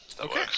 Okay